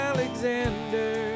Alexander